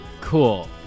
Cool